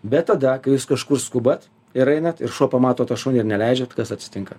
bet tada kai jūs kažkur skubat ir ainat ir šuo pamato tą šunį ir neleidžiat kas atsitinka